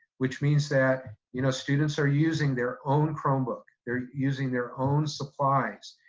which means that you know students are using their own chromebook, they're using their own supplies,